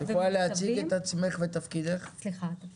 --- אביר